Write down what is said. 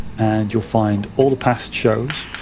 you'll find all the past shows,